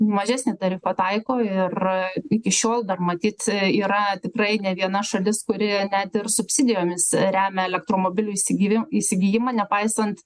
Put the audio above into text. mažesnį tarifą taiko ir iki šiol dar matyt yra tikrai ne viena šalis kuri net ir subsidijomis remia elektromobilių įsigivi įsigijimą nepaisant